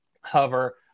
hover